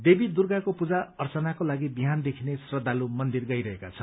देवी दुर्गाको पूजा अर्चनाको लागि बिहानदेखि नै श्रद्धालु मन्दिर गइरहेका छन्